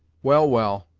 well, well,